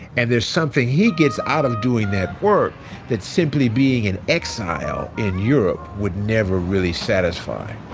and there's something he gets out of doing that work that simply being in exile in europe would never really satisfy